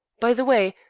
by the way,